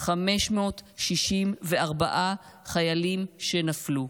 564 חיילים נפלו.